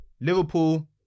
Liverpool